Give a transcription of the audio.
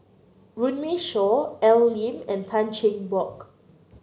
Runme Shaw Al Lim and Tan Cheng Bock